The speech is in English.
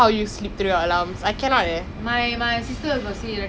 honestly by the time I meet you all already it'll be two P_M